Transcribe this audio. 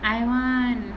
I want